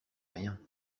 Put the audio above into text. rien